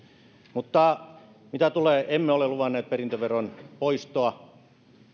mutta emme ole luvanneet perintöveron poistoa